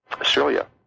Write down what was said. Australia